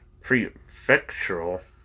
prefectural